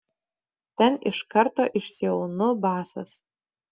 ten iš karto išsiaunu basas